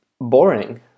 boring